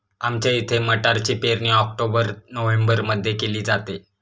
आमच्या इथे मटारची पेरणी ऑक्टोबर नोव्हेंबरमध्ये केली जाते